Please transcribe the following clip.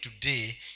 today